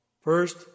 First